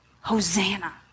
Hosanna